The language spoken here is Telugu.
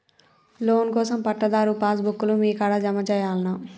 లోన్ కోసం పట్టాదారు పాస్ బుక్కు లు మీ కాడా జమ చేయల్నా?